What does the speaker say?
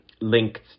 linked